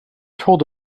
told